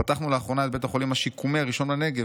"פתחנו לאחרונה את בית החולים השיקומי הראשון בנגב,